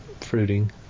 fruiting